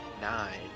nine